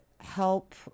help